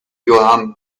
johann